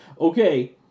okay